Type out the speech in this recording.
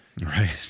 Right